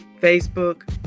Facebook